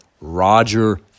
Roger